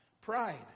pride